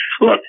look